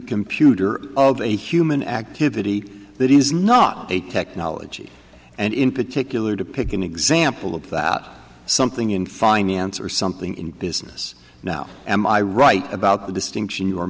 computer of a human activity that is not a technology and in particular to pick an example of that something in finance or something in business now am i right about the distinction you are